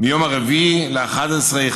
מיום 4 בנובמבר 2015,